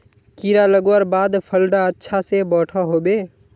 कीड़ा लगवार बाद फल डा अच्छा से बोठो होबे?